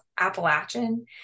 Appalachian